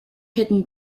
hidden